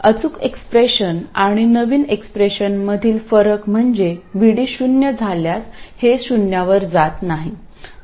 अचूक एक्सप्रेशन आणि नवीन एक्सप्रेशनमधील फरक म्हणजे VD शून्य झाल्यास हे शून्यावर जात नाही